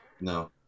no